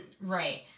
Right